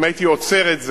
אם הייתי עוצר את זה,